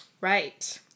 Right